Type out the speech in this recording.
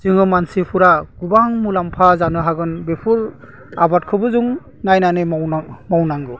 जोङो मानसिफ्रा गोबां मुलाम्फा जानो हागोन बेखौ आबादखौबो जों नायनानै मावनांगौ